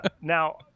now